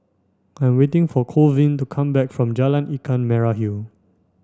I am waiting for Colvin to come back from Jalan Ikan Merah Hill